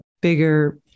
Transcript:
bigger